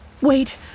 Wait